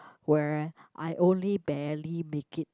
where I only barely make it